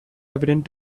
evident